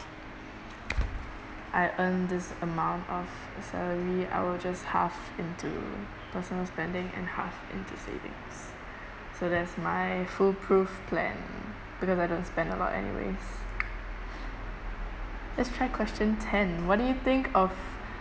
I earn this amount of salary I will just half into personal spending and half into savings so that's my foolproof plan because I don't spend a lot anyways let's try question ten what do you think of